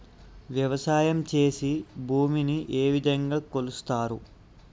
వ్యవసాయం చేసి భూమిని ఏ విధంగా కొలుస్తారు?